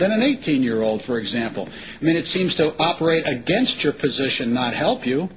than an eighteen year old for example when it seems so operate against your position not help you